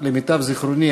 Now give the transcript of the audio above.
למיטב זיכרוני,